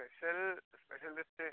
special special dish